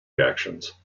reactions